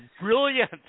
brilliant